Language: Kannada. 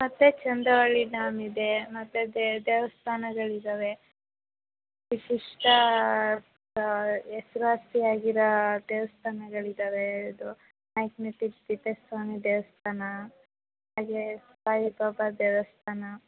ಮತ್ತು ಚಂದವಳ್ಳಿ ಡ್ಯಾಮ್ ಇದೆ ಮತ್ತು ದೇ ದೇವಸ್ಥಾನಗಳಿದಾವೆ ವಿಶಿಷ್ಟ ಹೆಸ್ರುವಾಸಿಯಾಗಿರಾ ದೇವಸ್ಥಾನಗಳಿದಾವೆ ಇದು ಮ್ಯಾಗ್ನೆಟಿಕ್ ತಿಪ್ಪೇಸ್ವಾಮಿ ದೇವಸ್ಥಾನ ಹಾಗೇ ಸಾಯಿಬಾಬ ದೇವಸ್ಥಾನ